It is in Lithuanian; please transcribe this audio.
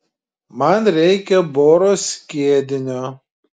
man reikia boro skiedinio